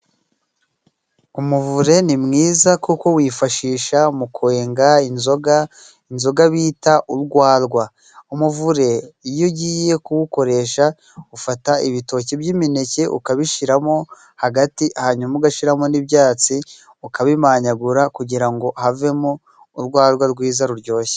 Umuvure ni mwiza kuko wifashisha mu kwenga inzoga, inzoga bita urwarwa. Umuvure iyo ugiye kuwukoresha ufata ibitoki by'imineke ukabishiramo hagati, hanyuma ugashiramo n'ibyatsi, ukabimanyagura kugira ngo havemo urwagwa rwiza ruryoshye.